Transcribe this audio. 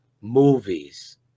Movies